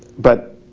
but